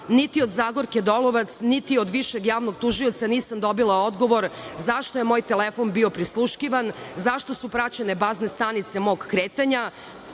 niti od Zagorke Dolovac, niti od Višeg javnog tužioca nisam dobila odgovor - zašto je moj telefon bio prisluškivan, zašto su praćene bazne stanice mog kretanja?